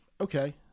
Okay